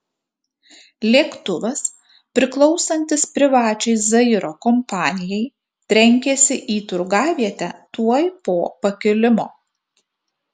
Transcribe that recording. lėktuvas priklausantis privačiai zairo kompanijai trenkėsi į turgavietę tuoj po pakilimo